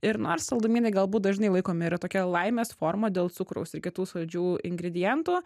ir nors saldumynai galbūt dažnai laikomi yra tokia laimės forma dėl cukraus ir kitų saldžių ingredientų